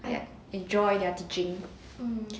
ya enjoy their teaching